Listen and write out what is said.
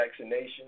vaccinations